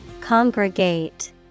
Congregate